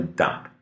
dump